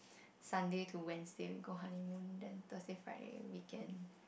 Sunday to Wednesday we go honeymoon then Thursday Friday weekend